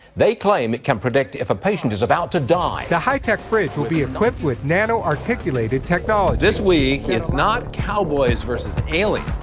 they claim it can predict if a patient is about to die the high-tech bridge will be equipped with nano-articulated technology this week it's not cowboys versus aliens.